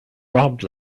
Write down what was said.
robbed